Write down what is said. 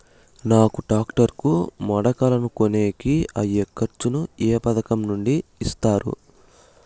నాకు టాక్టర్ కు మడకలను కొనేకి అయ్యే ఖర్చు ను ఏ పథకం నుండి ఇస్తారు?